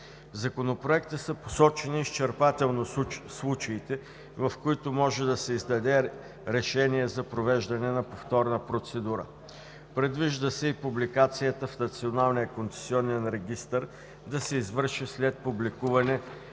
Законопроекта са посочени изчерпателно случаите, в които може да се издаде решение за провеждане на повторна процедура. Предвижда се и публикацията в Националния концесионен регистър да се извърши след публикуване